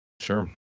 Sure